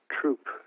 troop